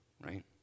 Right